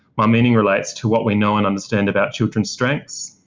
my meaning relates to what we know and understand about children's strengths,